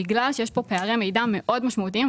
בגלל שיש כאן פערי מידע מאוד משמעותיים,